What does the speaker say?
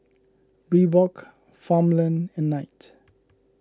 Reebok Farmland and Knight